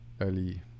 early